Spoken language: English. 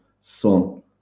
son